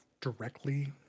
directly